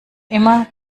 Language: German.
immer